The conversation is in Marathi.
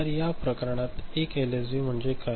तर या प्रकरणात 1 एलएसबी म्हणजे काय